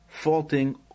faulting